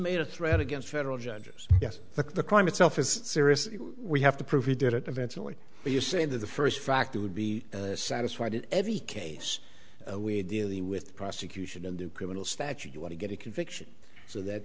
made a threat against federal judges yes the crime itself is serious we have to prove he did it eventually but you say that the first factor would be satisfied in every case we're dealing with prosecution and do criminal statute you want to get a conviction so that